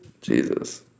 Jesus